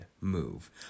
move